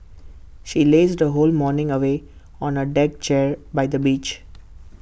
she lazed her whole morning away on A deck chair by the beach